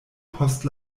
post